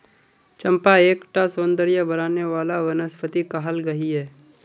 चंपा एक टा सौंदर्य बढाने वाला वनस्पति कहाल गहिये